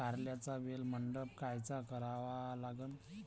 कारल्याचा वेल मंडप कायचा करावा लागन?